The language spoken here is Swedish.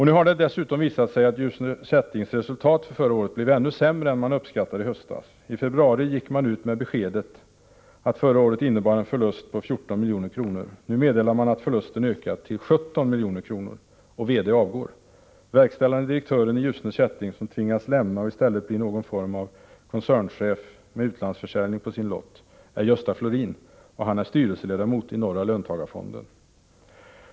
Nu har det dessutom visat sig att Ljusne Kättings resultat förra året blev ännu sämre än vad man uppskattade i höstas. I februari gick man ut med beskedet att förra året innebar en förlust på 14 milj.kr. Nu meddelar man att förlusten ökat till 17 milj. kt. och att företagets VD avgår. Verkställande direktören i Ljusne Kätting tvingas alltså lämna företaget och blir något slags koncernchef med utlandsförsäljning på sin lott. Han heter Gösta Florin och är styrelseledamot i femte löntagarfonden.